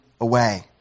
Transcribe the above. away